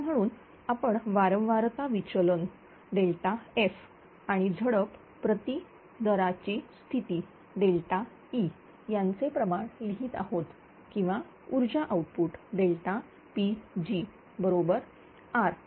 आता म्हणून आपण वारंवारता विचलन F आणि झडप प्रति दाराची स्थिती E यांचे प्रमाण लिहीत आहोत किंवा ऊर्जा आउटपुट Pg बरोबर R